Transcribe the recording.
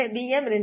M 2 மற்றும் B